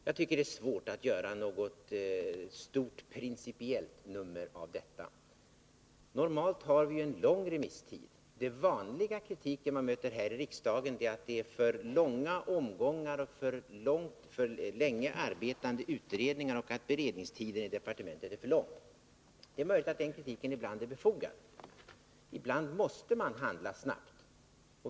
Jag tycker det är svårt att göra något stort principiellt nummer av detta. Normalt har vi en lång remisstid. Den kritik man vanligen möter här i riksdagen är att det är för långa omgångar — utredningarna arbetar för länge och beredningstiden i departementet är för lång. Det är möjligt att den kritiken då och då är befogad. Ibland måste man handla snabbt.